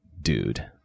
dude